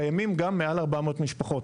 קיימים גם מעל 400 משפחות.